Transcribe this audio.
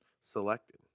selected